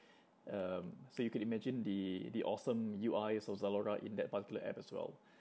um so you could imagine the the awesome U_I s of Zalora in that particular app as well